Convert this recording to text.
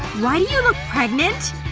why do you look pregnant?